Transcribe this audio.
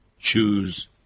Choose